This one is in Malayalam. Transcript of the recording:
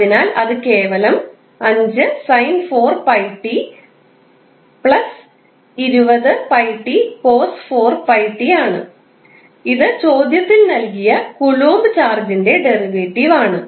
അതിനാൽ അത് കേവലം 5 sin 4𝜋𝑡 20𝜋𝑡 cos 4𝜋𝑡 ആണ് ഇത് ചോദ്യത്തിൽ നൽകിയ കൂലോംബ് ചാർജിൻറെ ഡെറിവേറ്റീവ് ആണ്